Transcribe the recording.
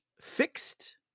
fixed